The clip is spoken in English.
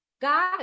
God